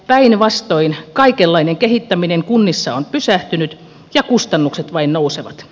päinvastoin kaikenlainen kehittäminen kunnissa on pysähtynyt ja kustannukset vain nousevat